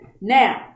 Now